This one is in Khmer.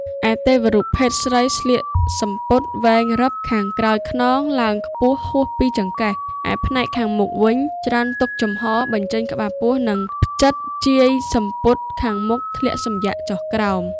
ឯទេវរូបភេទស្រីស្លៀកសំពត់វែងរឹប ខាងក្រោយខ្នងឡើងខ្ពស់ហួសពីចង្កេះ ឯផ្នែកខាងមុខវិញ ច្រើនទុកចំហ បញ្ចេញក្បាលពោះ និងផ្ចិត ជាយសំពត់ខាងមុខធ្លាក់សំយ៉ាកចុះក្រោម។